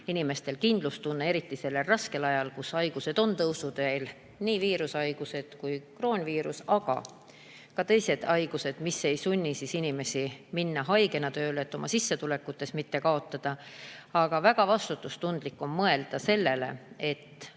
inimeste kindlustunne, eriti sellel raskel ajal, kui haigused on tõusuteel, nii viirushaigused, kroonviirus kui ka teised haigused, mis ei sunni minema inimesi haigena tööle, selleks et mitte oma sissetulekutes kaotada. Aga väga vastutustundlik on mõelda sellele, et